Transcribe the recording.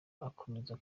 akomeza